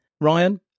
Ryan